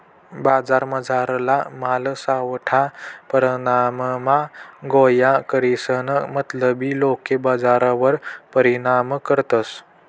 बजारमझारला माल सावठा परमाणमा गोया करीसन मतलबी लोके बजारवर परिणाम करतस